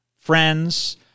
friends